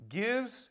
gives